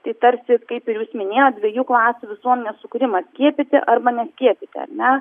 tai tarsi kaip ir jūs minėjot dviejų klasių visuomenės sukūrimas skiepyti arba neskiepyti ar ne